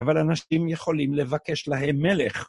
אבל אנשים יכולים לבקש להם מלך.